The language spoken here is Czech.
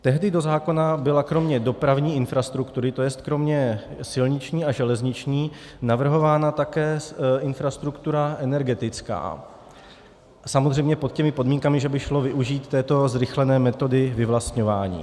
Tehdy do zákona byla kromě dopravní infrastruktury, to jest kromě silniční a železniční, navrhována také infrastruktura energetická, samozřejmě pod těmi podmínkami, že by šlo využít této zrychlené metody vyvlastňování.